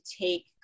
take